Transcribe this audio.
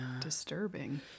disturbing